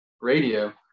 radio